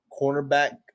cornerback